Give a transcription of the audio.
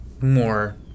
more